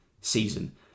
season